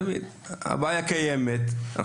הבעיה קיימת הרבה שנים,